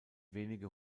wenige